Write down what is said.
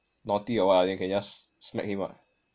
naughty or what ah then you can just smack him ah